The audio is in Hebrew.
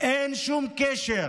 אין שום קשר